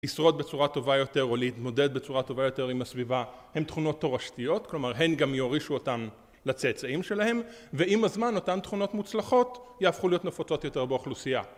לשרוד בצורה טובה יותר או להתמודד בצורה טובה יותר עם הסביבה, הן תכונות תורשתיות, כלומר הן גם יורישו אותן לצאצאים שלהם, ועם הזמן אותן תכונות מוצלחות יהפכו להיות נפוצות יותר באוכלוסייה